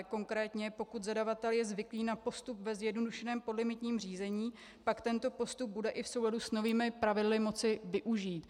Konkrétně pokud zadavatel je zvyklý na postup ve zjednodušeném podlimitním řízení, pak tento postup bude i v souladu s novými pravidly moci využít.